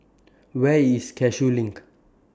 Where IS Cashew LINK